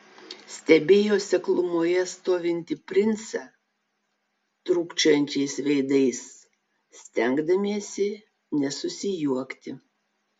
stebėjo seklumoje stovintį princą trūkčiojančiais veidais stengdamiesi nesusijuokti